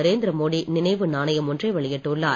நரேந்திரமோடி நினைவு நாணயம் ஒன்றை வெளியிட்டுள்ளார்